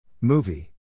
Movie